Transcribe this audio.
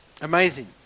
Amazing